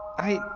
i.